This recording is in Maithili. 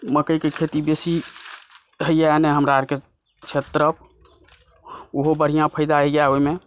मकइके खेती बेसी होइए एने हमरा आरके क्षेत्र तरफ उहो बढ़िऑं फायदा होइए ओहिमे